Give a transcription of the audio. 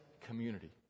community